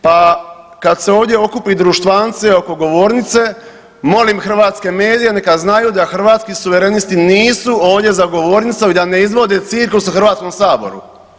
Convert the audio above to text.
Pa kad se ovdje okupi društvance oko govornice molim hrvatske medije neka znaju da Hrvatski suverenisti nisu ovdje za govornicom i da ne izvode cirkus u Hrvatskom saboru.